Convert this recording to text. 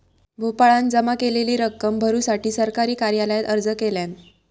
गोपाळान जमा केलेली रक्कम भरुसाठी सरकारी कार्यालयात अर्ज केल्यान